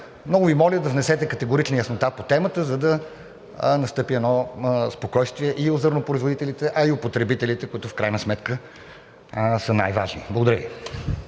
Много Ви моля да внесете категорична яснота по темата, за да настъпи едно спокойствие и у зърнопроизводителите, а и у потребителите, които в крайна сметка са най-важни. Благодаря Ви.